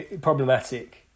problematic